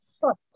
First